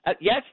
Yes